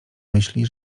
myśli